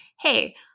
hey –